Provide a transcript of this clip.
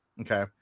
Okay